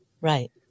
Right